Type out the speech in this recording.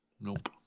Nope